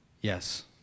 Yes